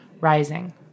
rising